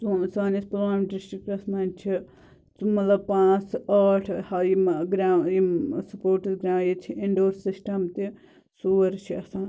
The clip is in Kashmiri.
سٲنِس پُلوٲم ڈِسٹِرٛکَس منٛز چھُ مطلب پانٛژھ ٲٹھ ٲں یِم گرٛاونٛڈ یِم سُپورٹٕس گرٛاوُنٛڈ ییٚتہِ چھُ اِنڈور سِسٹَم تہِ ژور چھِ آسان